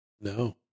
No